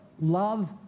love